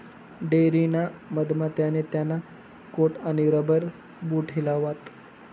dairy ना मधमा त्याने त्याना कोट आणि रबर बूट हिलावात